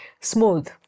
smooth